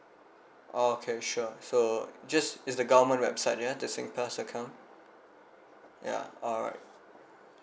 oh okay sure so just it's the government website you have the singpass account yeah alright